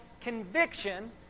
conviction